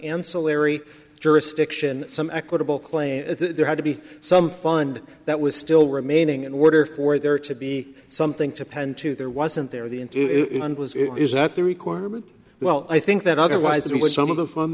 ancillary jurisdiction some equitable claim there had to be some fund that was still remaining in order for there to be something to penn to there wasn't there the is that the requirement well i think that otherwise it was some of the